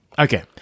okay